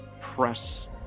press